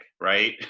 right